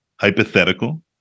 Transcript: hypothetical